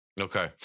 Okay